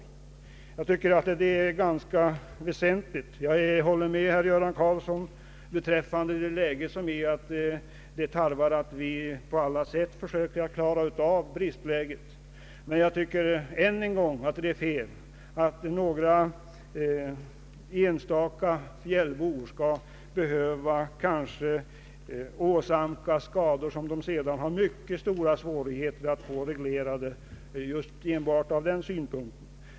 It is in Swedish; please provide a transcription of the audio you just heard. Jag håller med herr Göran Karlsson om att läget kräver att vi på alla sätt försöker klara elbristen. Men jag vidhåller att det inte kan vara rätt att några enstaka fjällbor skall behöva åsamkas skador som de sedan har mycket stora svårigheter att få reglerade.